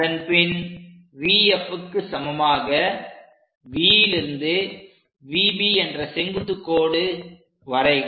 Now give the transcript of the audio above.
அதன்பின் VFக்கு சமமாக V லிருந்து VB என்ற செங்குத்துக் கோடு வரைக